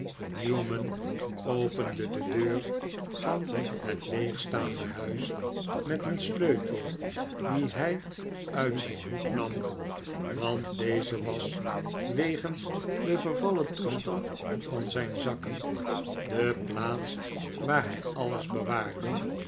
newman opende de deur van het leegstaande huis met een sleutel dien hij uit zijn hoed nam want deze was wegens den veryallen toestand van zijn zakken de plaats waar hij alles bewaarde